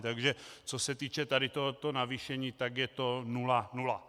Takže co se týče tohoto navýšení, tak je to nulanula.